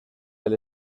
del